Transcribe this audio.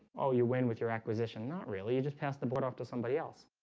oh you win with your acquisition? not really. you just passed the board off to somebody else